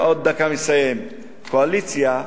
קואליציה,